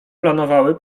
planowały